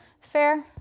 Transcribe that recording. fair